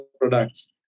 products